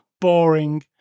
Boring